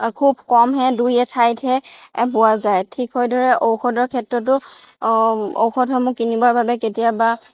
খুব কমহে দুই এঠাইতহে পোৱা যায় ঠিক সেইদৰে ঔষধৰ ক্ষেত্ৰতো ঔষধ আমি কিনিবৰ বাবে কেতিয়াবা